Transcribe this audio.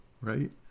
right